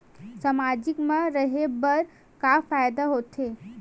सामाजिक मा रहे बार का फ़ायदा होथे?